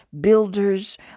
builders